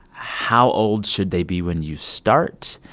how old should they be when you start?